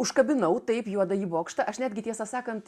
užkabinau taip juodąjį bokštą aš netgi tiesą sakant